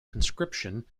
conscription